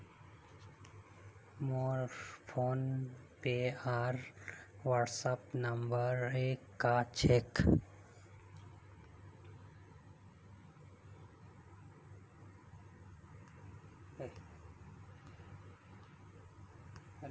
मोर फोनपे आर WhatsApp number एक क छेक